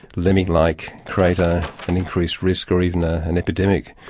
lemming-like, create ah an increased risk or even ah an epidemic.